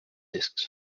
disks